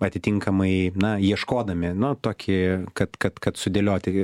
atitinkamai na ieškodami nu tokį kad kad kad sudėlioti